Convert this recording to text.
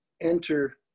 enter